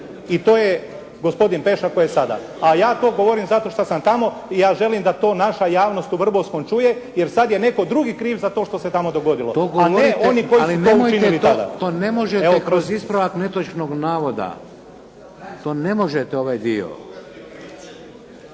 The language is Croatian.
se ne razumije./… to je sada. A ja to govorim zato što sam tamo i ja želim da to naša javnost u Vrbovskom čuje, jer sada je netko drugi kriv za to što se tamo dogodilo, a ne oni koji su to učinili tada. **Šeks, Vladimir (HDZ)** Ali to ne možete kroz ispravak netočnog navoda. To ne možete ovaj dio.